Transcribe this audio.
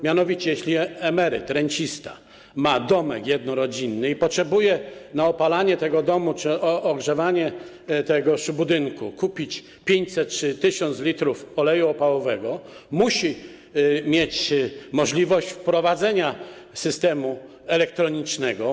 Mianowicie jeśli emeryt, rencista ma domek jednorodzinny i potrzebuje do opalania tego domu czy ogrzewania tego budynku kupić 500 czy 1000 l oleju opałowego, musi mieć możliwość wprowadzenia systemu elektronicznego.